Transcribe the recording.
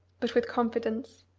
but with confidence.